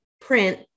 print